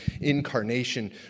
incarnation